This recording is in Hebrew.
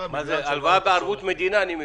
--- אני מבין שזאת הלוואה בערבות מדינה.